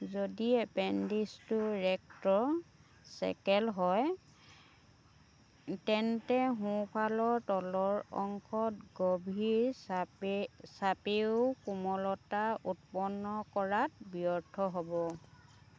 যদি এপেণ্ডিক্সটো ৰেক্ট'চেকেল হয় তেন্তে সোঁফালৰ তলৰ অংশত গভীৰ চাপে চাপেও কোমলতা উৎপন্ন কৰাত ব্যৰ্থ হ'ব